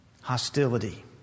Hostility